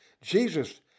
Jesus